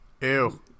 Ew